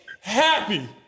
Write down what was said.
happy